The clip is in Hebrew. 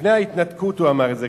לפני ההתנתקות הוא אמר את זה,